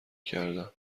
کردم